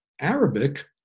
Arabic